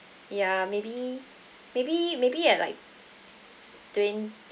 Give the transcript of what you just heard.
ya maybe maybe maybe at like twenty